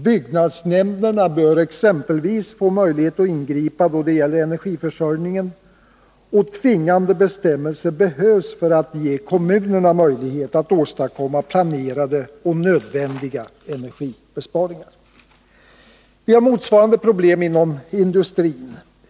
Byggnadsnämnderna bör exempelvis få möjlighet att ingripa då det gäller energiförsörjningen, och tvingande bestämmelser behövs för att ge kommunerna möjligheter att åstadkomma planerade och nödvändiga energibesparingar. Inom industrin finns motsvarande problem.